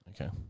Okay